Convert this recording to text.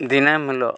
ᱫᱤᱱᱟᱹᱢ ᱦᱤᱞᱳᱜ